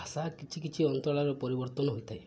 ଭାଷା କିଛି କିଛି ଅଞ୍ଚଳର ପରିବର୍ତ୍ତନ ହୋଇଥାଏ